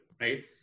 right